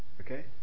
Okay